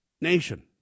nation